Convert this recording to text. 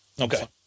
Okay